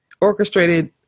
orchestrated